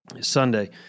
Sunday